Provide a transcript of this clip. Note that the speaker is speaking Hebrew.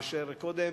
למרות,